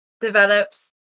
develops